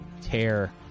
tear